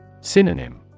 Synonym